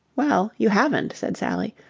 well, you haven't, said sally,